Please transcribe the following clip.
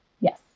Yes